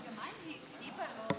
תודה, אדוני היושב-ראש.